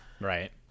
right